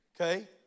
Okay